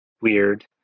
weird